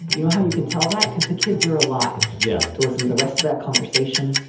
you know how you can tell that because the kids are alive? yeah. to listen to the rest of that conversation,